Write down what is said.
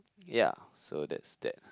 ya so that's that